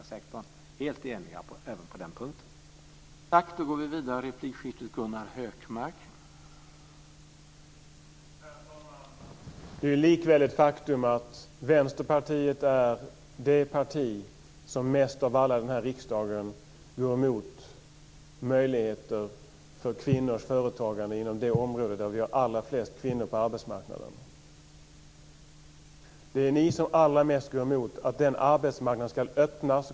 Vi är helt eniga på den punkten.